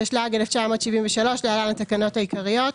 התשל"ג 1973 (להלן התקנות העיקריות)